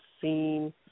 seen –